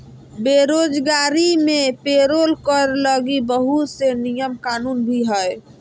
बेरोजगारी मे पेरोल कर लगी बहुत से नियम कानून भी हय